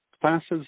classes